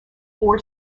four